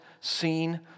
seen